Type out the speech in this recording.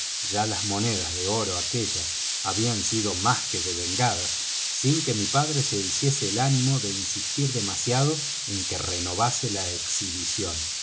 ya las monedas de oro aquellas habían sido más que devengadas sin que mi padre se hiciese el ánimo de insistir demasiado en que renovase la exhibición